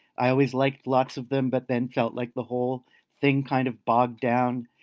i always liked lots of them but then felt like the whole thing kind of bogged down.